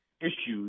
issues